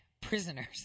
prisoners